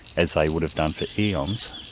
as they would have done for eons,